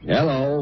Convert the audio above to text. Hello